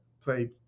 play